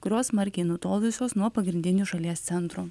kurios smarkiai nutolusios nuo pagrindinių šalies centrų